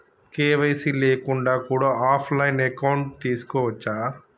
KYC లేకుండా కూడా offline account తీసుకోవచ్చా?